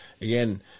Again